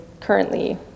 currently